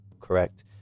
Correct